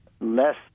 less